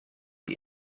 die